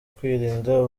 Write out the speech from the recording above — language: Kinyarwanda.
kwirinda